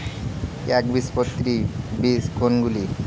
একবীজপত্রী বীজ কোন গুলি?